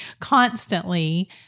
constantly